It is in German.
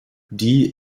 die